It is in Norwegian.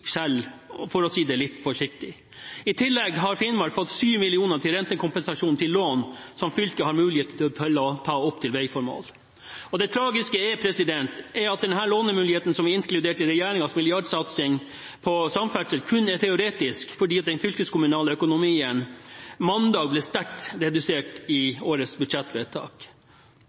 for å si det litt forsiktig. I tillegg har Finnmark fått 7 mill. kr til rentekompensasjon for lån som fylket har mulighet til å ta opp til veiformål. Det tragiske er at denne lånemuligheten som er inkludert i regjeringens milliardsatsing på samferdsel, kun er teoretisk, fordi den fylkeskommunale økonomien ble sterkt redusert i årets budsjettvedtak,